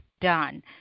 done